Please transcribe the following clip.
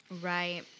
Right